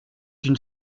une